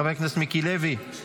חבר הכנסת אבי מעוז,